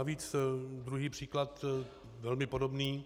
Navíc druhý příklad, velmi podobný.